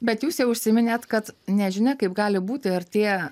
bet jūs jau užsiminėt kad nežinia kaip gali būti ar tie